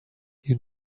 you